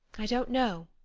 i don't know.